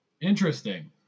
Interesting